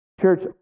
Church